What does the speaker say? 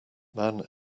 man